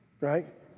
right